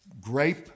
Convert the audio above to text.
grape